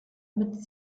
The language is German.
mit